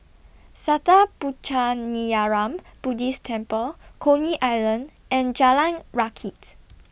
Sattha Puchaniyaram Buddhist Temple Coney Island and Jalan Rakits